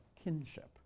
kinship